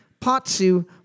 Potsu